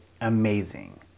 amazing